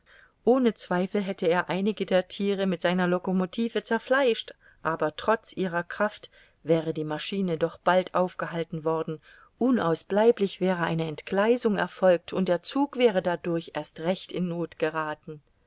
ohne zweifel hätte er einige der thiere mit seiner locomotive zerfleischt aber trotz ihrer kraft wäre die maschine doch bald aufgehalten worden unausbleiblich wäre eine entgleisung erfolgt und der zug wäre dadurch erst recht in noth gerathen